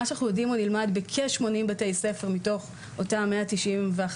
הוא נלמד בכ-80 בתי ספר מתוך אותם 191